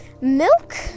milk